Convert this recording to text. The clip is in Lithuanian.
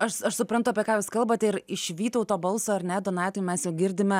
aš aš suprantu apie ką jūs kalbate ir iš vytauto balso ar ne donatai mes jau girdime